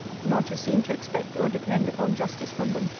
not to seem to expect or depend upon justice from them,